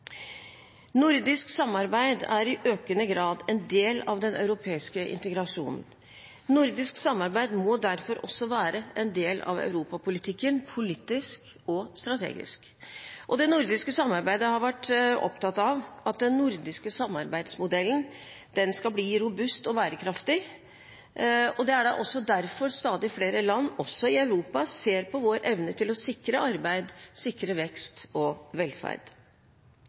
Nordisk samarbeid er i økende grad en del av den europeiske integrasjonen. Nordisk samarbeid må derfor også være en del av europapolitikken politisk og strategisk. I det nordiske samarbeidet har vi vært opptatt av at den nordiske samarbeidsmodellen skal bli robust og bærekraftig. Det er derfor stadig flere land, også i Europa, ser på vår evne til å sikre arbeid, vekst og velferd.